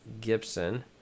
Gibson